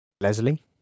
Leslie